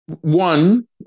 One